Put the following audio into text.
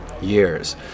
years